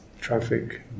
traffic